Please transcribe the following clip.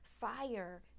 fire